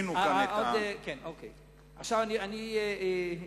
אני חושב שמיצינו כאן.